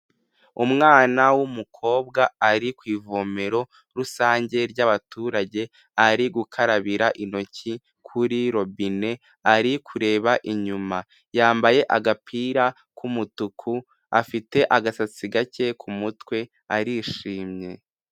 Umwana w'umukobwa ari ku ivomero rusange ry'abaturage ari gukarabira intoki kuri robine, ari kureba inyuma, yambaye agapira k'umutuku afite agasatsi gake ku mutwe arishimye.